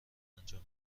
انجام